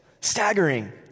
Staggering